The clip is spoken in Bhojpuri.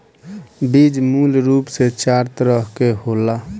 बीज मूल रूप से चार तरह के होला